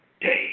day